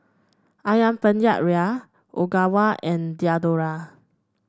ayam Penyet Ria Ogawa and Diadora